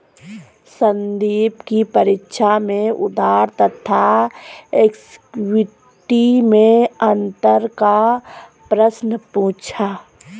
संदीप की परीक्षा में उधार तथा इक्विटी मैं अंतर का प्रश्न पूछा